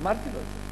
אמרתי לו את זה.